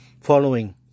following